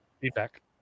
feedback